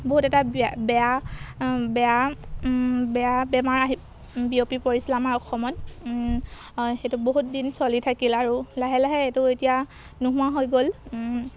বহুত এটা বেয়া বেয়া বেয়া বেমাৰ আহি বিয়পি পৰিছিল আমাৰ অসমত সেইটো বহুত দিন চলি থাকিল আৰু লাহে লাহে এইটো এতিয়া নোহোৱা হৈ গ'ল